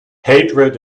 hatred